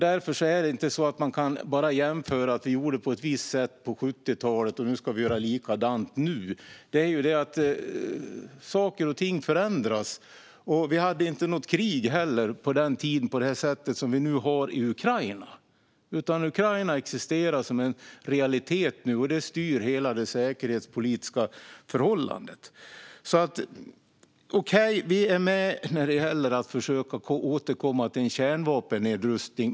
Därför kan man inte bara jämföra och säga: Vi gjorde på ett visst sätt på 70-talet, och nu ska vi göra likadant. Saker och ting förändras. På den tiden hade vi inte något krig på det sätt som vi nu har i Ukraina. Ukraina existerar som en realitet nu, och det styr hela det säkerhetspolitiska förhållandet. Okej, vi är med när det gäller att försöka återkomma till en kärnvapennedrustning.